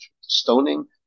stoning